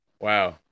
Wow